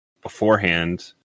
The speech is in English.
beforehand